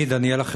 אני דניאלה חרמון,